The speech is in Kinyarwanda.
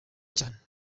cyane